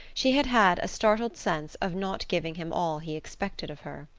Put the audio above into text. she had had a startled sense of not giving him all he expected of her.